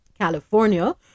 California